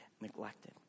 neglected